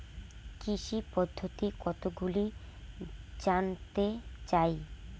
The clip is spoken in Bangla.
কৃষি পদ্ধতি কতগুলি জানতে চাই?